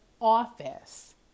office